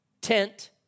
tent